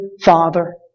Father